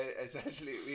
essentially